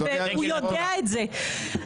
הוא יודע את זה.